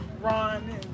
Ron